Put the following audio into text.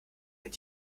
wenn